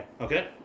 Okay